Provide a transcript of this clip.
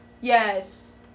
Yes